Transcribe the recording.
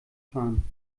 fahren